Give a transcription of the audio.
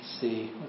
see